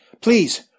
please